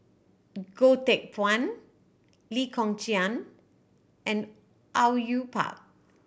Goh Teck Phuan Lee Kong Chian and Au Yue Pak